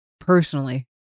personally